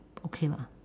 okay lah